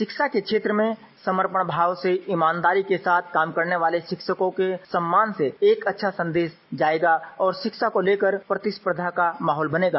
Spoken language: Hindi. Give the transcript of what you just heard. शिक्षा के क्षेत्र में समर्पणभाव से ईमानदारी के साथ काम करने वाले शिक्षकों के सम्मान से एक अच्छा संदेश जाएगा और शिक्षा को लेकर प्रतिस्पर्धा का माहौल बनेगा